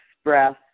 express